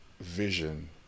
vision